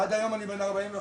עד היום אני בן 45,